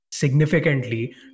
significantly